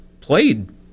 played